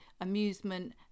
amusement